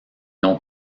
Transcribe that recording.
n’ont